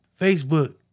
Facebook